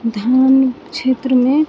धान क्षेत्रमे